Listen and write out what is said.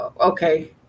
okay